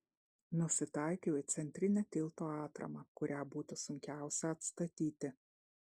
nusitaikiau į centrinę tilto atramą kurią būtų sunkiausia atstatyti